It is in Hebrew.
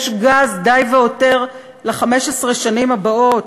יש גז די והותר ל-15 השנים הבאות?